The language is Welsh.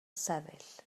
sefyll